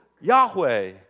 Yahweh